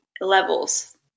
levels